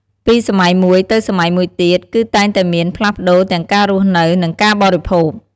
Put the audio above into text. ពីសម័យមួយទៅសម័យមួយទៀត គឺតែងតែមានផ្លាស់ប្តូរទាំងការរស់នៅ និងការបរិភោគ។